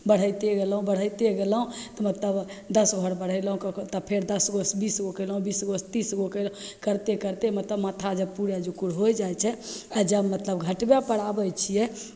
बढ़ाइते गेलहुँ बढ़ाइते गेलहुँ मतलब दस घर बढ़ेलहुँ तब फेर दसगोसे बीसगो कएलहुँ बीसगोसे तीसगो कएलहुँ करिते करिते मतलब माथा जब पिन्है जोगर हो जाइ छै तऽ जब मतलब घटबैपर आबै छिए